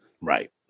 right